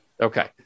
Okay